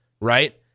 Right